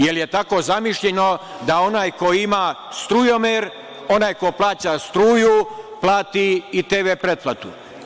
Jer je tako zamišljeno da onaj ko ima strujomer, onaj ko plati struju plati i TV pretplatu.